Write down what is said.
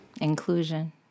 Inclusion